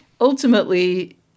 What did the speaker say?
ultimately